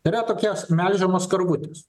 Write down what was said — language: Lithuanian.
yra tokios melžiamos karvutės